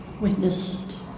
witnessed